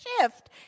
shift